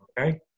Okay